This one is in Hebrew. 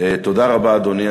תודה רבה, אדוני.